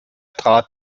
trat